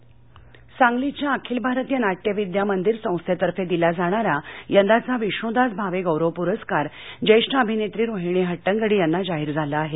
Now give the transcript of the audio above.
भावे प्रस्कार सांगर्लोच्या अखिल भारतीय नाट्य विद्या मंदिर संस्थेतफे दिला जाणारा यंदाचा विष्णुदास भावे गौरव पुरस्कार ज्येष्ठ अभिनेत्री रोहिणी हटुंगडी यांना जाहीर झाला आहे